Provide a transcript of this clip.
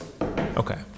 Okay